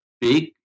big